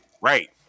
Right